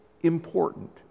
important